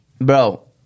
Bro